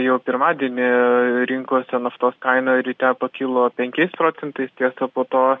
jau pirmadienį rinkose naftos kaina ryte pakilo penkiais procentais tiesa po to